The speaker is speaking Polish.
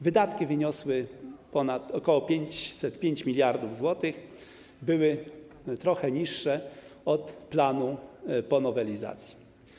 Wydatki wyniosły ok. 505 mld zł i były trochę niższe od planu po nowelizacji.